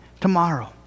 tomorrow